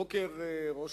הבוקר דיבר ראש